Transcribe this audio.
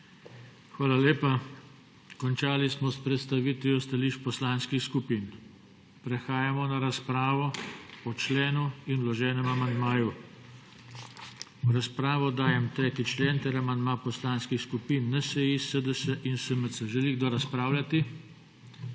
Hvala lepa. Končali smo s predstavitvijo stališč poslanskih skupin. Prehajamo na razpravo o členu in vloženem amandmaju. V razpravo dajem 3. člen ter amandma poslanskih skupin NSi, SDS in SMC. Želi kdo razpravljati?